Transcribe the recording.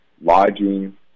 lodging